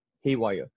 haywire